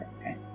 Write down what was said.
okay